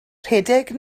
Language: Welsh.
rhedeg